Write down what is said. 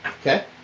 Okay